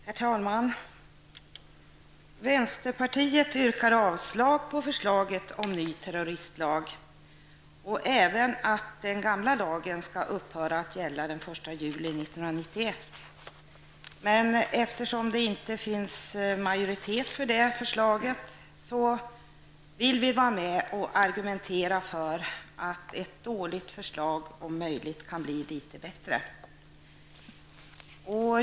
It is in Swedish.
Herr talman! Vänsterpartiet yrkar avslag på förslaget om ny terroristlag. Vi yrkar även avslag på förslaget att den gamla lagen skall upphöra att gälla den 1 juli 1991. Men eftersom det inte finns majoritet för det förslaget vill vi vara med och argumentera för att ett dåligt förslag skall bli något bättre.